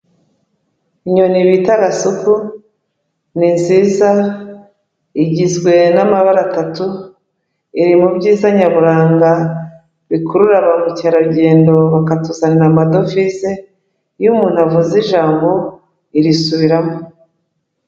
Inyoni bita gasuku ni nziza, igizwe n'amabara atatu, iri mu byiza nyaburanga bikurura ba mukerarugendo bakatuzanira amadovize, iyo umuntu avuze ijambo irisubiramo.